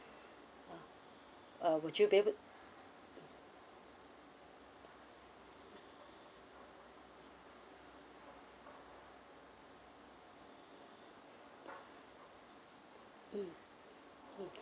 uh uh would you be able mm mm